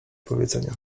powiedzenie